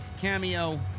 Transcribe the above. cameo